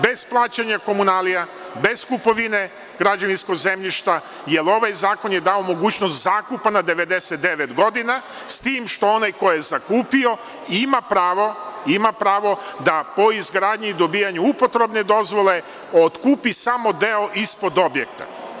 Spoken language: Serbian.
Bez plaćanja komunalija, bez kupovine građevinskog zemljišta, jer ovaj zakon je dao mogućnost zakupa na 99 godina, s tim što onaj ko je zakupio ima pravo da po izgradnji dobijanja upotrebne dozvole otkupi samo deo ispod objekta.